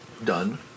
done